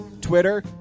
Twitter